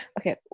okay